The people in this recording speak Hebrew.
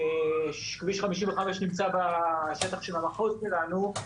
כביש 55 נמצא בשטח של המחוז שלנו.